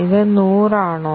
ഇത് നൂറാണോ